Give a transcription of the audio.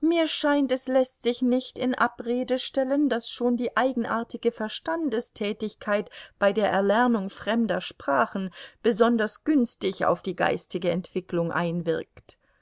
mir scheint es läßt sich nicht in abrede stellen daß schon die eigenartige verstandestätigkeit bei der erlernung fremder sprachen besonders günstig auf die geistige entwicklung einwirkt